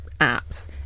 apps